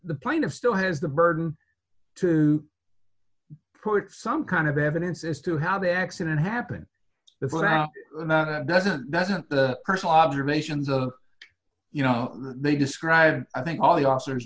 the point of still has the burden to put some kind of evidence as to how the accident happened before now doesn't doesn't the personal observations of you know they describe i think all the officers